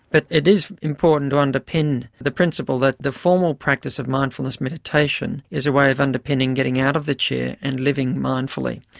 but it is important to underpin the principle that the formal practice of mindfulness meditation is a way of underpinning getting out of the chair and living mindfully.